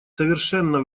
совершенно